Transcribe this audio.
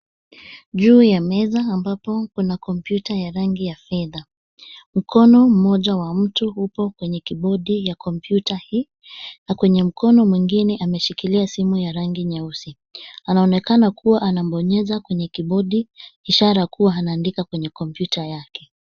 Juu ya meza ambapo kuna kompyuta ya rangi ya fedha. Mkono moja was mtu upo kwenye kibodi ya kompyuta hii na kwenye mkono mwingine ameshikilia simu ya rangi nyeusi. Anaonekana kuwa anabonyeza kwenye kibodi, ishara kuwa anaandika kwenye kompyuta yake.